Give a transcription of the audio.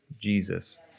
Jesus